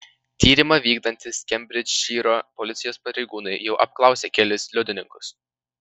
tyrimą vykdantys kembridžšyro policijos pareigūnai jau apklausė kelis liudininkus